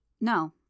No